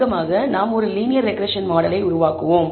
தொடக்கமாக நாம் ஒரு லீனியர் ரெக்ரெஸ்ஸன் மாடலை உருவாக்குவோம்